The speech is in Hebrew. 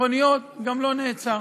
ביטחוניות גם אינו נעצר.